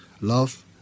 Love